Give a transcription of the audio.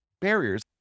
barriers